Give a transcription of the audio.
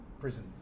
prison